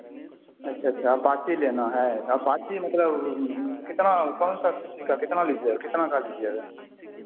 अच्छा अच्छा अपाचे लेना है अपाची मतलब कितना कौनसा सी सी का कितना का लिजिएगा